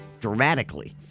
dramatically